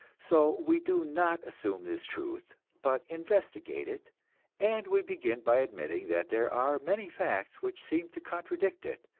so we do not assume this truth, but investigate it and we begin by admitting that there are many facts which seem to contradict it,